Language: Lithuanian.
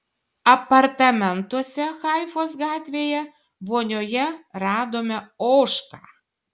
apartamentuose haifos gatvėje vonioje radome ožką